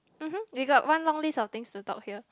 mmhmm we got one long list of things to talk here